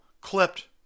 clipped